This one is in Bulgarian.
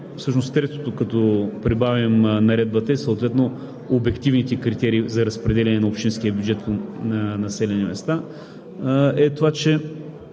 третото, като прибавим наредбата и съответно обективните критерии за разпределяне на общинския бюджет на населени места, е това, че